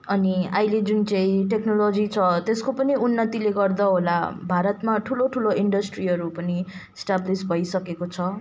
अनि अहिले जुन चाहिँ टेक्नोलजी छ त्यसको पनि उन्नतिले गर्दा होला भारतमा ठुलो ठुलो इन्डस्ट्रीहरू पनि इस्टाब्लिस भइसकेको छ